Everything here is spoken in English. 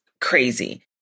crazy